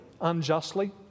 unjustly